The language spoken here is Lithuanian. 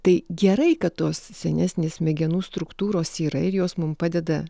tai gerai kad tos senesnės smegenų struktūros yra ir jos mum padeda